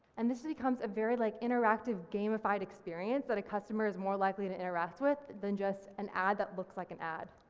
and this becomes a very like interactive gamify experience that a customer is more likely to interact with than just an ad that looks like an ad.